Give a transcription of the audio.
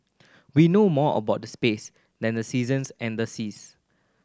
we know more about the space than the seasons and the seas